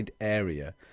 area